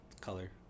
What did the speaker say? color